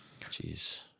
Jeez